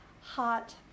hot